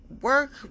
work